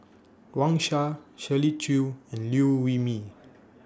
Wang Sha Shirley Chew and Liew Wee Mee